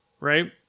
right